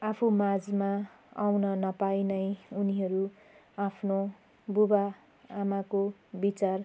आफू माझ आउन नपाई नै उनीहरू आफ्नो बुवा आमाको विचार